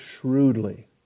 shrewdly